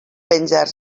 venjar